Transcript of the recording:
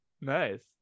nice